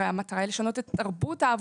הרי המטרה היא לשנות את תרבות העבודה.